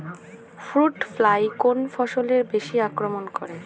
Fruit fly কোন ফসলে বেশি আক্রমন করে?